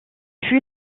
fut